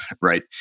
right